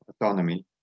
autonomy